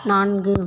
நான்கு